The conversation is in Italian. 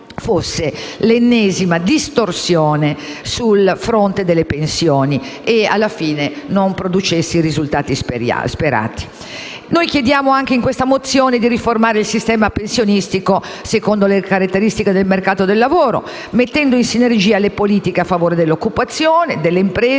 mozione chiediamo di riformare il sistema pensionistico secondo le caratteristiche del mercato del lavoro, mettendo in sinergia le politiche a favore dell'occupazione, delle imprese e delle famiglie,